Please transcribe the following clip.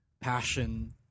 passion